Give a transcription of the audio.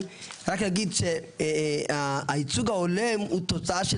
רק להגיד שהייצוג ההולם הוא תוצאה של